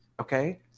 okay